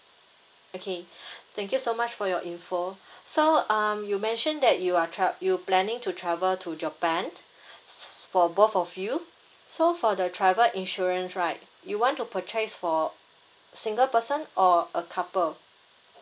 okay thank you so much for your info so um you mentioned that you are tra~ you planning to travel to japan s~ for both of you so for the travel insurance right you want to purchase for single person or a couple